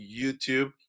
YouTube